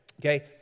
okay